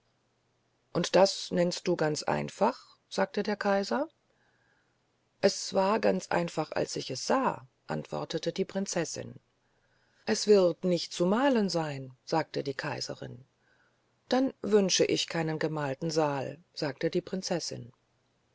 und das nennst du ganz einfach sagte der kaiser es war ganz einfach als ich es sah antwortete die prinzessin es wird nicht zu malen sein sagte die kaiserin dann wünsche ich keinen gemalten saal sagte die prinzessin